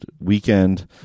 Weekend